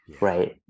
right